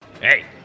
Hey